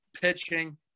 pitching